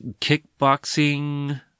kickboxing